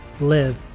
live